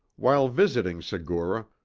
while visiting segura,